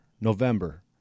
November